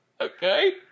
Okay